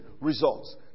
results